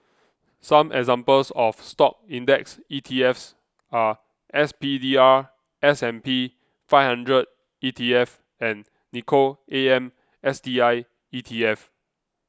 some examples of Stock index ETFs are S P D R S and P Five Hundred E T F and Nikko A M S T I E T F